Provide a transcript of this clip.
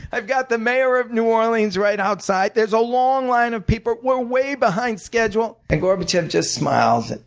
i've got the mayor of new orleans right outside, there's a long line of people, we're way behind schedule. and gorbachev just smiles. and